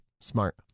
Smart